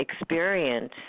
experience